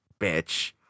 bitch